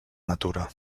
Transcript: natura